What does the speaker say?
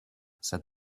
said